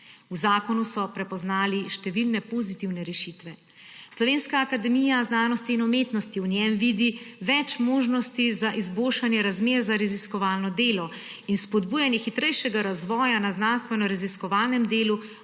V zakonu so prepoznali številne pozitivne rešitve. Slovenska akademija znanosti in umetnosti v njem vidi več možnosti za izboljšanje razmer za raziskovalno delo in spodbujanje hitrejšega razvoja na znanstvenoraziskovalnem delu